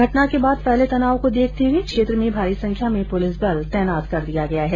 घटना के बाद फैले तनाव को देखते हये क्षेत्र में भारी संख्या में पुलिस बल तैनात कर दिया गया है